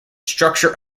structure